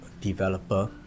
developer